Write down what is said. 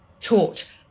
taught